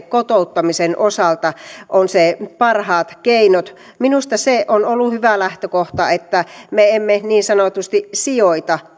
kotouttamisen osalta ovat ne parhaat keinot minusta se on ollut hyvä lähtökohta että me emme niin sanotusti sijoita